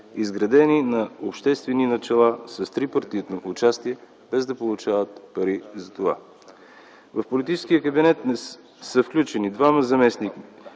изградени на обществени начала с трипартитно участие, без да получават пари за това. В политическия кабинет са включени двама заместник-министри,